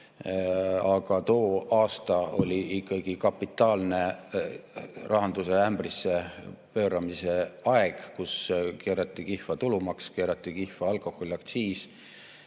Aga too aasta oli ikkagi kapitaalne rahanduse ämbrisse pööramise aeg, kui keerati kihva tulumaks, keerati kihva alkoholiaktsiis.